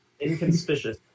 Inconspicuous